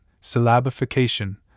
syllabification